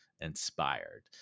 inspired